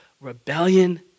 rebellion